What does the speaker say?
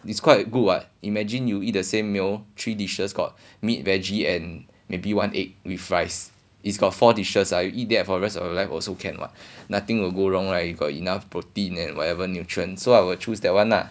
it's quite good what imagine you eat the same meal three dishes got meat vege~ and maybe one egg with rice it's got four dishes ah you eat that for the rest of your life also can what nothing will go wrong right you got enough protein and whatever nutrients so I will choose that one lah